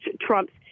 Trump's